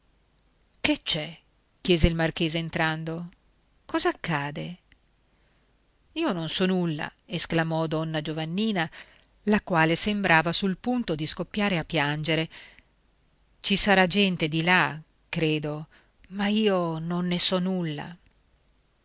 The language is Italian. che c'è chiese il marchese entrando cosa accade io non so nulla esclamò donna giovannina la quale sembrava sul punto di scoppiare a piangere ci sarà gente di là credo ma io non ne so nulla